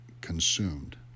consumed